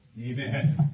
Amen